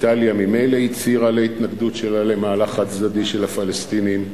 איטליה ממילא הצהירה על ההתנגדות שלה למהלך חד-צדדי של הפלסטינים.